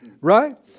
Right